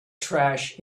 trash